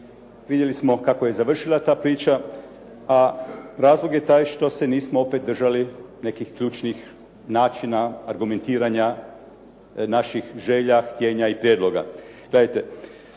vidjeli smo kako je završila ta priča a razlog je taj što se nismo opet držali nekih ključnih načina argumentiranja naših želja, htjenja i prijedloga.